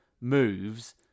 moves